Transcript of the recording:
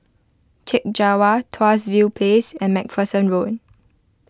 Chek Jawa Tuas View Place and MacPherson Road